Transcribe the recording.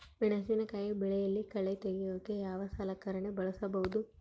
ಮೆಣಸಿನಕಾಯಿ ಬೆಳೆಯಲ್ಲಿ ಕಳೆ ತೆಗಿಯೋಕೆ ಯಾವ ಸಲಕರಣೆ ಬಳಸಬಹುದು?